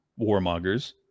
warmongers